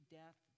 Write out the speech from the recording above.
death